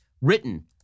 written